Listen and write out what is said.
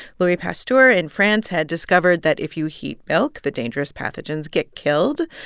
louis pasteur in france had discovered that if you heat milk, the dangerous pathogens get killed.